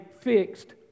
fixed